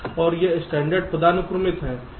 और यह स्टैण्डर्ड पदानुक्रमित है